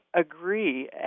agree